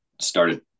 started